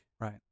Right